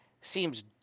seems